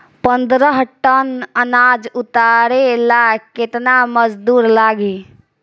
पन्द्रह टन अनाज उतारे ला केतना मजदूर लागी?